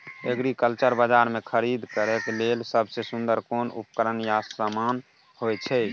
Agriculture बाजार में खरीद करे के लेल सबसे सुन्दर कोन उपकरण या समान होय छै?